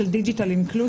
כאמור,